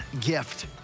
gift